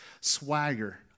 swagger